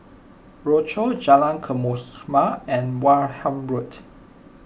Rochor Jalan and Wareham Road